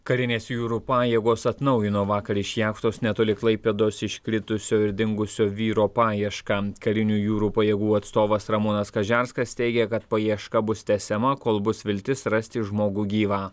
karinės jūrų pajėgos atnaujino vakar iš jachtos netoli klaipėdos iškritusio ir dingusio vyro paiešką karinių jūrų pajėgų atstovas ramūnas kažerskas teigė kad paieška bus tęsiama kol bus viltis rasti žmogų gyvą